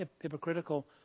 hypocritical